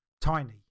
tiny